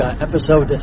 episode